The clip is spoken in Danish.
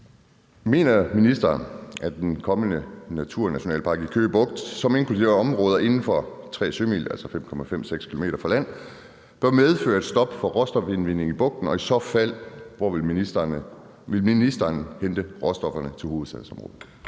Mener ministeren, at en kommende naturnationalpark i Køge Bugt, som inkluderer områder inden for 3 sømil (5,56 km) fra land, bør medføre et stop for råstofindvinding i bugten, og i så fald hvor vil ministeren hente råstofferne til hovedstadsområdet?